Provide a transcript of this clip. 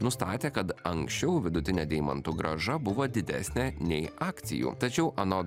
nustatė kad anksčiau vidutinė deimantų grąža buvo didesnė nei akcijų tačiau anot